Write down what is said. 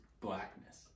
blackness